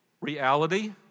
reality